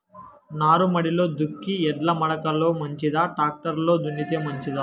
నారుమడిలో దుక్కి ఎడ్ల మడక లో మంచిదా, టాక్టర్ లో దున్నితే మంచిదా?